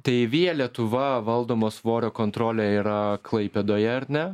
tai via lietuva valdomo svorio kontrolė yra klaipėdoje ar ne